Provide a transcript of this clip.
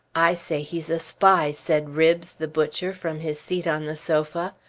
i say he's a spy, said ribbs the butcher from his seat on the sofa.